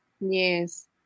Yes